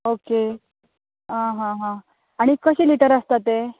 okay आं हां हां आनीक कशे भितर आसता ते